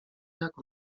jak